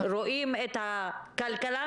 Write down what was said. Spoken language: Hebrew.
רואים את הכלכלה,